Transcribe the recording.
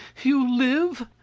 you live?